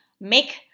make